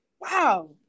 wow